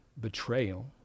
betrayal